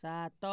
ସାତ